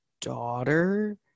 daughter